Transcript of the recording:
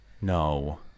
No